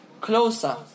closer